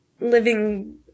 living